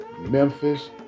Memphis